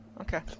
Okay